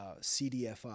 CDFI